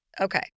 okay